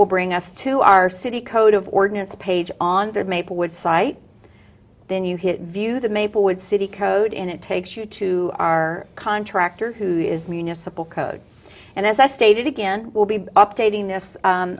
will bring us to our city code of ordinance page on their maplewood site then you hit view the maplewood city code and it takes you to our contractor who is municipal code and as i stated again we'll be updating this